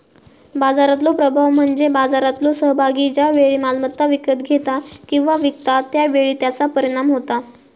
बाजारातलो प्रभाव म्हणजे बाजारातलो सहभागी ज्या वेळी मालमत्ता विकत घेता किंवा विकता त्या वेळी त्याचा परिणाम होता